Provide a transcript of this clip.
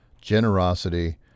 generosity